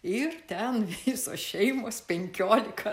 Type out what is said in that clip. ir ten visos šeimos penkiolika